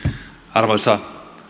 arvoisa